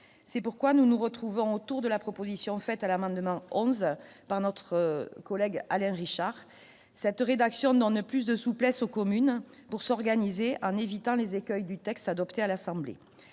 c'est pourquoi nous nous retrouvons autour de la proposition faite à l'amendement 11 par notre collègue Alain Richard cette rédaction ne plus de souplesse aux communes pour s'organiser en évitant les écueils du texte adopté à l'Assemblée,